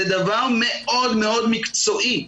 זה דבר מאוד מאוד מקצועי.